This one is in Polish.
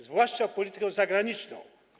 Zwłaszcza politykę zagraniczną.